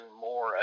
more